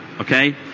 okay